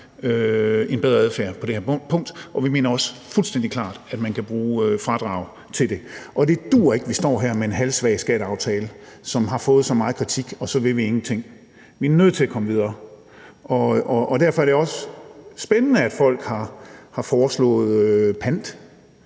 en bedre adfærd på det her punkt, og vi mener også fuldstændig klart, at man kan bruge fradrag til det. Det duer ikke, at vi står her med en halvsvag skatteaftale, som har fået så meget kritik, og så vil vi ingenting. Vi er nødt til at komme videre, og derfor er det også spændende, at folk har foreslået pant.